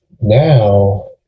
Now